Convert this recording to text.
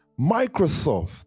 Microsoft